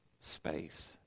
space